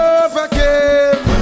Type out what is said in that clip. overcame